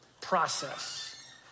process